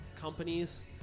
companies